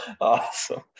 awesome